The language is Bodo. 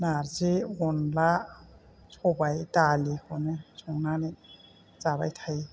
नार्जि अनला सबाय दालिखौनो संनानै जाबाय थायो